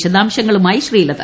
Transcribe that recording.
വിശദാംശങ്ങളുമായി ശ്രീലത